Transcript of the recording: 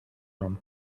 room